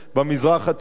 במזרח התיכון.